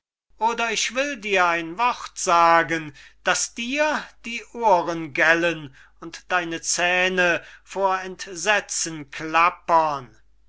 oder ich will dir ein wort sagen daß dir die ohren gellen und deine zähne vor entsetzen klappern